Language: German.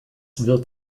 wird